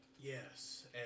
Yes